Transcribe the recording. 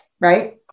Right